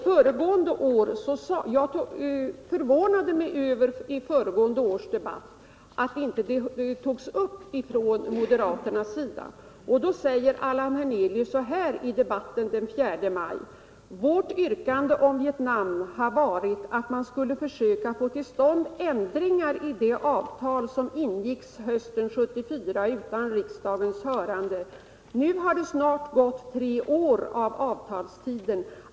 Jag förvånade mig i förra årets debatt, den 4 maj, över att moderaterna inte tog upp saken, och då sade Allan Hernelius så här: Vårt yrkande om Vietnam har varit att man skulle försöka få till stånd ändringar i det avtal som ingicks hösten 1974 utan riksdagens hörande. Nu har det snart gått tre år av avtalstiden.